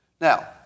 Now